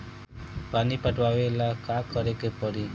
पानी पटावेला का करे के परी?